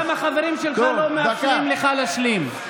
גם החברים שלך לא מאפשרים לך להשלים.